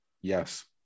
Yes